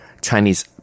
Chinese